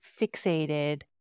fixated